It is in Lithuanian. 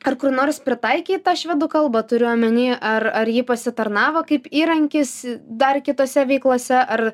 ar kur nors pritaikei tą švedų kalbą turiu omeny ar ar ji pasitarnavo kaip įrankis dar kitose veiklose ar